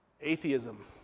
atheism